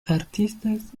artistas